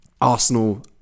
Arsenal